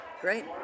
Great